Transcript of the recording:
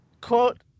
Quote